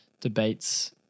debates